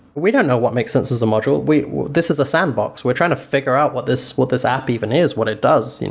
we don't know what makes sense as the module. this is a sandbox. we're trying to figure out what this what this app even is, what it does, you know